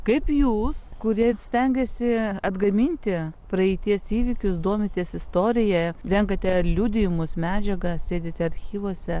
kaip jūs kurie stengiasi atgaminti praeities įvykius domitės istorija renkate liudijimus medžiagą sėdite archyvuose